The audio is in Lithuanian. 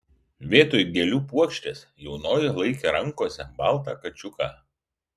vietoj gėlių puokštės jaunoji laikė rankose baltą kačiuką